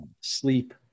sleep